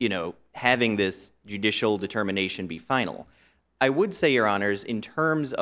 you know having this judicial determination be final i would say your honors in terms